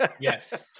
yes